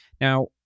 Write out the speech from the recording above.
Now